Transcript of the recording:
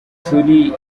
turi